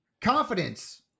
confidence